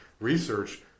research